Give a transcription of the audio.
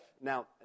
Now